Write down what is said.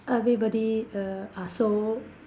everybody err are so